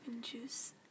juice